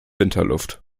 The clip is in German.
winterluft